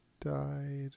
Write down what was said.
Died